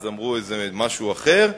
אז אמרו משהו אחר.